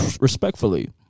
respectfully